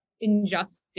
injustice